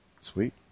Sweet